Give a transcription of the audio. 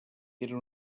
era